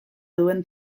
duen